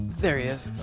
there he is.